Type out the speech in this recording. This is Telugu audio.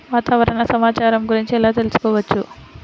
వాతావరణ సమాచారము గురించి ఎలా తెలుకుసుకోవచ్చు?